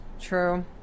true